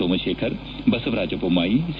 Somashekar Basavaraja Bommai C